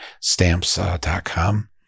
Stamps.com